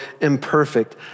imperfect